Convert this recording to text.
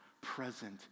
present